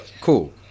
cool